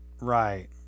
right